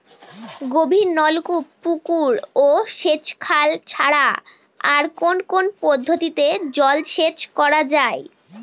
গভীরনলকূপ পুকুর ও সেচখাল ছাড়া আর কোন কোন পদ্ধতিতে জলসেচ করা যায়?